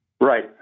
Right